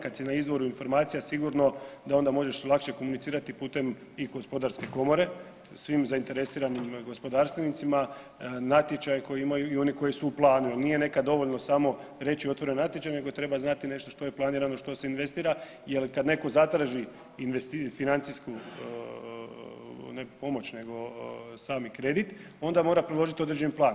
Kad si na izvoru informacija sigurno da onda možeš lakše komunicirati i pute i gospodarske komore, svim zainteresiranim gospodarstvenicima, natječaj koji imaju i oni koji su u planu jer nije nekad dovoljno samo reći otvoren je natječaj nego treba znati nešto što je planirano, što se investira jer kad netko zatraži financijsku ne pomoć nego sami kredit onda mora priložiti određeni plan.